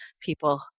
people